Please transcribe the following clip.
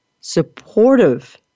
supportive